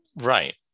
Right